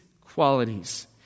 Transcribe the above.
qualities